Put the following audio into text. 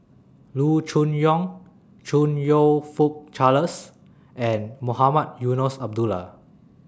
Loo Choon Yong Chong YOU Fook Charles and Mohamed Eunos Abdullah